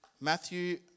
Matthew